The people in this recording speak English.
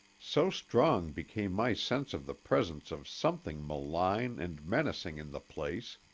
so strong became my sense of the presence of something malign and menacing in the place,